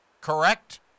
correct